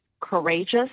courageous